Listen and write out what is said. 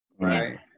right